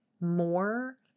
more